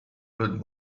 with